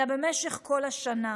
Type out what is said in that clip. אלא במשך כל השנה!